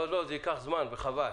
לא, זה ייקח זמן וחבל.